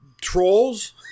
trolls